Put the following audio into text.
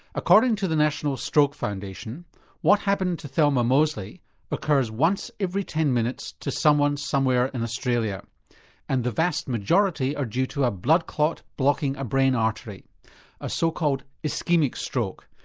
according to the national stroke foundation what happened to thelma mosely occurs once every ten minutes to someone, somewhere in australia and the vast majority are due to a blood clot blocking a brain artery a so-called so ischaemic stroke,